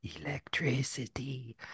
electricity